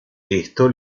esto